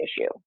issue